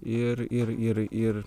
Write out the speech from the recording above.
ir ir ir ir